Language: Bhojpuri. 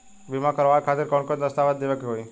बीमा करवाए खातिर कौन कौन दस्तावेज़ देवे के होई?